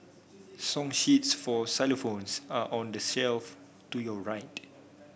song sheets for xylophones are on the shelf to your right